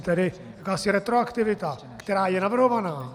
Tedy asi retroaktivita, která je navrhovaná.